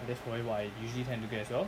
that's what I usually tend to get as well